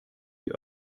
die